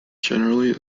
generally